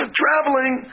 traveling